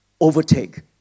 overtake